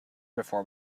before